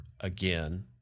again